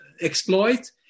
exploit